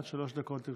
עד שלוש דקות לרשותך.